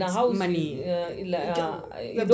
many